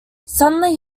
suddenly